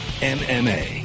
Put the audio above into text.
MMA